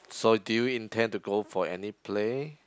so do you intend to go for any play